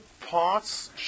parts